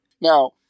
Now